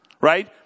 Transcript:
Right